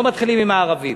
לא מתחילים עם הערבים.